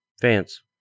fans